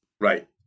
Right